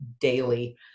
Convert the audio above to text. daily